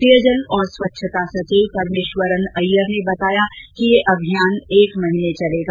पेयजल और स्वच्छता सचिव परमेश्वरन अय्यर ने बताया कि यह अभियान एक महीने तक चलेगा